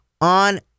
on